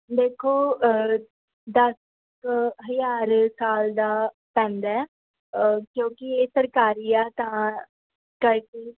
ਦੇਖੋ ਦਸ ਹਜ਼ਾਰ ਸਾਲ ਦਾ ਪੈਂਦਾ ਕਿਉਂਕਿ ਇਹ ਸਰਕਾਰੀ ਆ ਤਾਂ ਕਰਕੇ